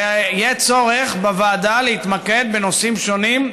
ויהיה צורך בוועדה להתמקד בנושאים שונים,